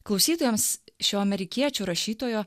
klausytojams šio amerikiečių rašytojo